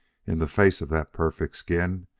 in the face of that perfect skin,